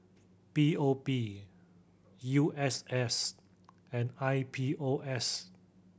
P O P U S S and I P O S